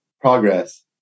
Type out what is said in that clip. progress